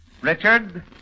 Richard